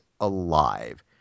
alive